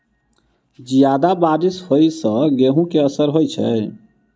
जियादा बारिश होइ सऽ गेंहूँ केँ असर होइ छै?